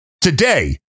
Today